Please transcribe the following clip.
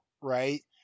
right